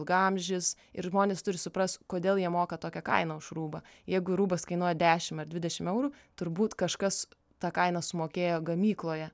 ilgaamžis ir žmonės turi suprast kodėl jie moka tokią kainą už rūbą jeigu rūbas kainuoja dešim ar dvidešim eurų turbūt kažkas tą kainą sumokėjo gamykloje